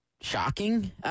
shocking